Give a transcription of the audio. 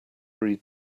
read